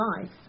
life